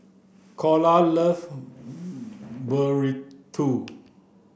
Calla loves Burrito